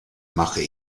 mache